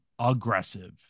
Aggressive